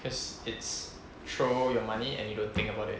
cause it's throw your money and you don't think about it